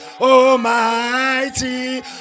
Almighty